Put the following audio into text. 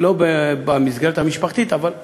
לא במסגרת המשפחתית, אבל בסביבה,